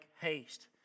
haste